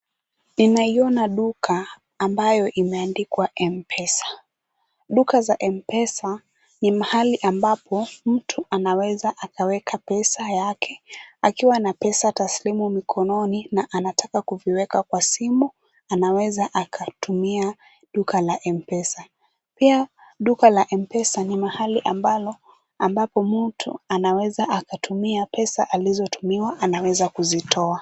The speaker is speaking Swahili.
Ninaiona duka ambayo imeandikwa M-Pesa. Duka za M-Pesa ni mahali ambapo mtu anaweza akaweka pesa yake akiwa na pesa taslimu mikononi na anataka kuviweka kwa simu anaweza akatumia duka la M-Pesa. Pia duka la M-Pesa ni mahali ambalo ambapo mtu anaweza akatumia pesa alizotumiwa anaweza kuzitoa.